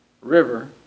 river